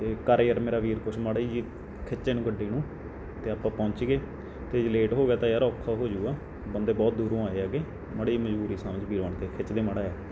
ਅਤੇ ਕਰ ਯਾਰ ਮੇਰਾ ਵੀਰ ਕੁਛ ਮਾੜਾ ਜਿਹਾ ਖਿੱਚ ਇਹਨੂੰ ਗੱਡੀ ਨੂੰ ਅਤੇ ਆਪਾਂ ਪਹੁੰਚੀਏ ਅਤੇ ਜੇ ਲੇਟ ਹੋ ਗਿਆ ਤਾਂ ਯਾਰ ਔਖਾ ਹੋਜੂਗਾ ਬੰਦੇ ਬਹੁਤ ਦੂਰੋਂ ਆਏ ਹੈਗੇ ਮਾੜੀ ਜਿਹੀ ਮਜਬੂਰੀ ਸਮਝ ਵੀਰ ਬਣ ਕੇ ਖਿੱਚ ਦੇ ਮਾੜਾ ਜਿਹਾ